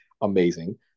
amazing